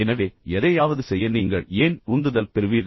எனவே எதையாவது செய்ய நீங்கள் ஏன் உந்துதல் பெறுவீர்கள்